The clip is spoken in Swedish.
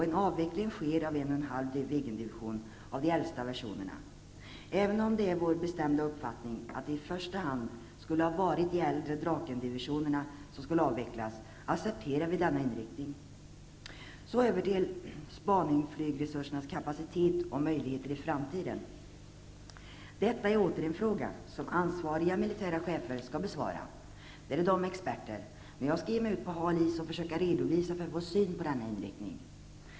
En avveckling sker också av en och en halv Viggendivision av de äldsta versionerna. Även om det är vår bestämda uppfattning att det i första hand borde ha varit de äldre Drakendivisionerna som skulle ha avvecklats, accepterar vi denna inriktning. Så över till spaningsflygsresursernas kapacitet och möjligheter i framtiden. Detta är åter en fråga som ansvariga militära chefer skall besvara. På detta område är de experter, men jag skall ge mig ut på hal is och försöka redovisa vår syn på denna inriktning.